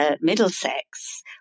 Middlesex